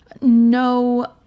no